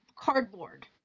cardboard